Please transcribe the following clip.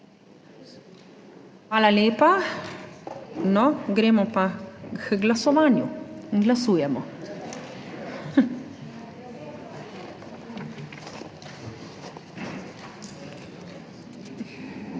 Hvala lepa. Gremo pa k glasovanju. Glasujemo.